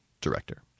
director